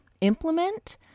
implement